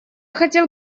хотел